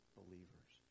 believers